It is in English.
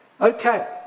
Okay